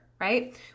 right